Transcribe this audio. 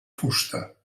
fusta